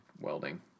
welding